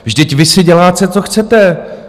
Vždyť vy si děláte, co chcete.